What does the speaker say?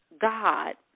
God